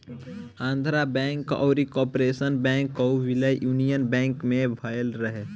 Andhra bank अउरी corporation bank कअ विलय यूनियन बैंक में भयल रहे